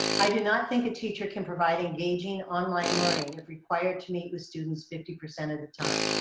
i do not think a teacher can provide engaging online learning if required to meet with students fifty percent of the time.